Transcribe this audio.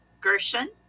Gershon